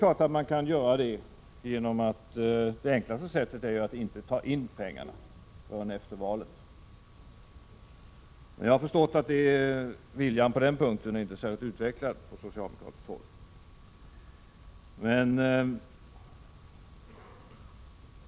Det enklaste sättet att göra detta är att inte dra in pengarna förrän efter valet. Jag förstår att viljan på denna punkt inte är särskilt utvecklad hos socialdemokraterna.